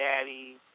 daddy